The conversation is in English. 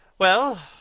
well,